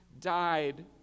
died